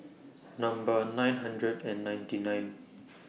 Number nine hundred and ninety nine